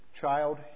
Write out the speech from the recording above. child